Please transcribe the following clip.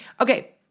Okay